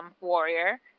warrior